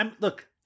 look